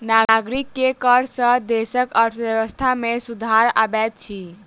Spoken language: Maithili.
नागरिक के कर सॅ देसक अर्थव्यवस्था में सुधार अबैत अछि